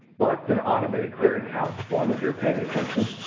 must an automated clearinghouse form, if you were paying attention,